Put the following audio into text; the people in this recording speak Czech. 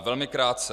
Velmi krátce.